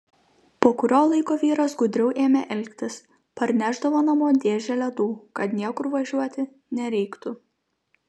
po kurio laiko vyras gudriau ėmė elgtis parnešdavo namo dėžę ledų kad niekur važiuoti nereiktų